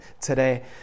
today